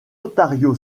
ontario